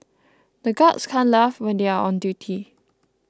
the guards can't laugh when they are on duty